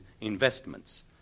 investments